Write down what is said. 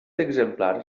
exemplar